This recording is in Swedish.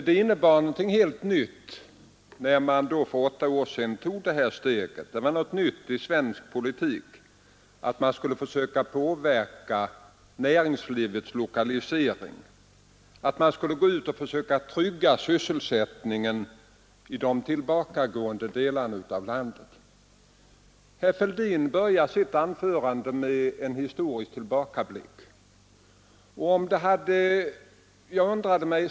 Det var något helt nytt i svensk politik att man skulle försöka påverka näringslivets lokalisering, att man skulle gå ut och försöka trygga sysselsättningen i de tillbakagående delarna av landet. Herr Fälldin började sitt anförande med en historisk tillbakablick.